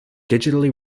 digitally